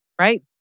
right